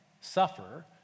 suffer